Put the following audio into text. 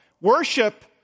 Worship